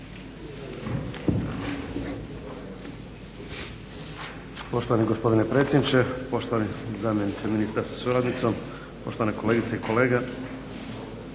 Poštovani gospodine predsjedniče, poštovani zamjeniče ministra sa suradnicom, poštovane kolegice i kolege.